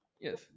Yes